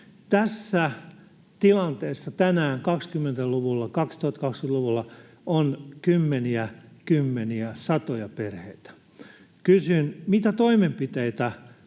Tässä tilanteessa tänään, 2020-luvulla, on kymmeniä, satoja perheitä. Kysyn: mitä toimenpiteitä